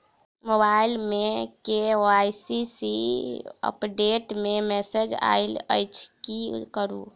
Mobile मे KYC update केँ message आइल अछि की करू?